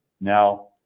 now